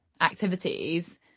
activities